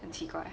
很奇怪